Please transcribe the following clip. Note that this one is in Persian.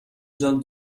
جان